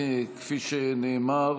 כפי שנאמר,